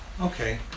Okay